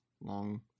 long